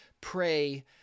pray